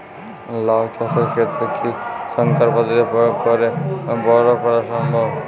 লাও চাষের ক্ষেত্রে কি সংকর পদ্ধতি প্রয়োগ করে বরো করা সম্ভব?